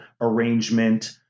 arrangement